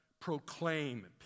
proclaim